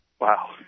Wow